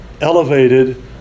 elevated